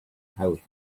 houses